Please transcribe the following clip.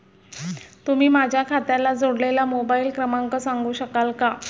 तुम्ही माझ्या खात्याला जोडलेला मोबाइल क्रमांक सांगू शकाल का?